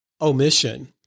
omission